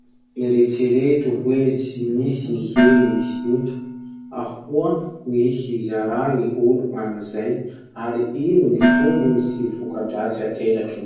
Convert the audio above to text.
Eritsereto hoe tsy misy ny hery misinto. Ahoa gny hizara olo anizay, ary ino gny tombony sy vokadratsy aterany?